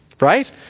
right